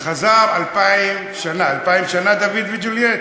וחזר אלפיים שנה, אלפיים שנה, דוד וג'ולייט?